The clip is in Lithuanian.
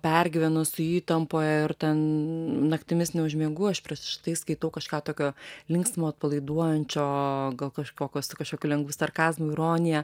pergyvenu esu įtampoje ir ten naktimis neužmiegu aš prieš tai skaitau kažką tokio linksmo atpalaiduojančio gal kažkokio su kažkokiu lengvu sarkazmu ironija